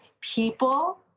people